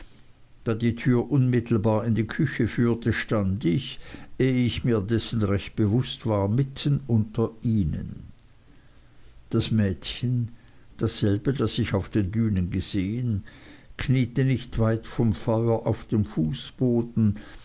da die tür unmittelbar in die küche führte stand ich eh ich mir dessen recht bewußt war mitten unter ihnen das mädchen dasselbe das ich auf den dünen gesehen kniete nicht weit vom feuer auf dem fußboden